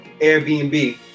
airbnb